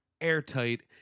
airtight